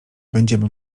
będziemy